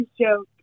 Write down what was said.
joke